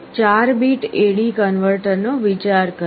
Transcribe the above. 4 bit AD કન્વર્ટરનો વિચાર કરો